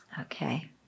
Okay